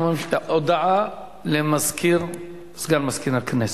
הודעה לסגן מזכיר הכנסת.